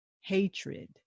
hatred